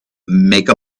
make